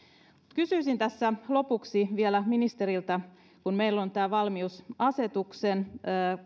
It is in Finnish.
kysyisin tässä lopuksi vielä ministeriltä kun meillä on tämä valmiusasetuksen